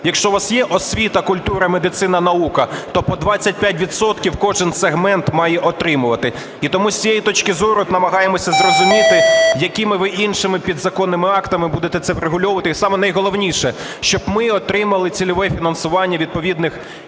Якщо у вас є освіта, культура, медицина, наука, то по 25 відсотків кожен сегмент має отримувати. І тому з цієї точки зору намагаємося зрозуміти, якими ви іншими підзаконними актами будете це врегульовувати. І саме найголовніше, щоб ми отримали цільове фінансування відповідних